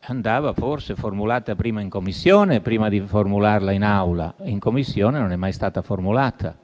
andava forse formulata in Commissione, prima che in Aula. In Commissione non è mai stata formulata